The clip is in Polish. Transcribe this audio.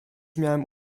miałem